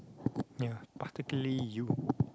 ya particularly you